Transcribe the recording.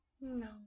no